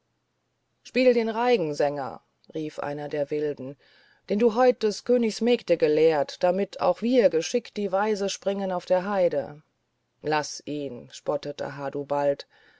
spiel den reigen sänger rief einer der wilden den du heut des königs mägde gelehrt damit auch wir geschickt die weise springen auf der heide laßt ihn spottete